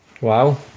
Wow